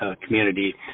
community